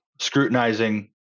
scrutinizing